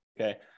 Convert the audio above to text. okay